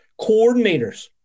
coordinators